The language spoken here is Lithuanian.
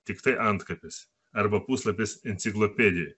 tiktai antkapis arba puslapis enciklopedijoj